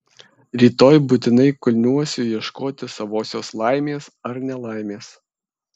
rytoj būtinai kulniuosiu ieškoti savosios laimės ar nelaimės